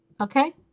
Okay